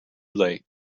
late